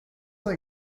they